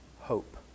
hope